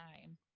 time